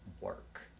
work